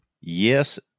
Yes